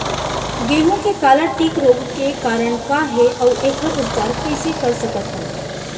गेहूँ के काला टिक रोग के कारण का हे अऊ एखर उपचार कइसे कर सकत हन?